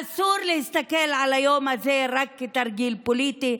אסור להסתכל על היום הזה רק כתרגיל פוליטי.